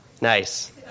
Nice